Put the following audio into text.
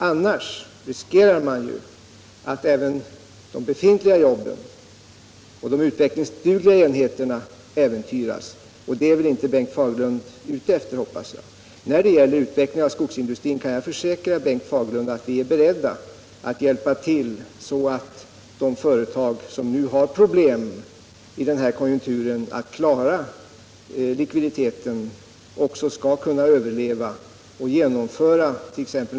Annars riskerar man att även de befintliga jobben och de utvecklingsdugliga enheterna äventyras, och det är väl inte Bengt Fagerlund ute efter, hoppas jag. När det gäller utvecklingen av skogsindustrin kan jag försäkra Bengt Fagerlund om att vi är beredda att hjälpa till så att de företag som i den här konjunkturen har problem med att klara likviditeten också skall kunna överleva, och att —t.ex.